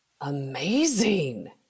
Amazing